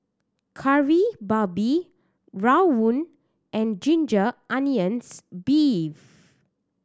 Kari Babi rawon and ginger onions beef